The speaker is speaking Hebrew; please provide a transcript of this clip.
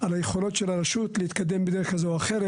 על היכולות של הרשות להתקדם בדרך כזו או אחרת.